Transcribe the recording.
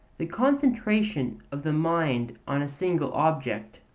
the concentration of the mind on a single object,